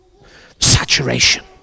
Saturation